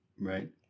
Right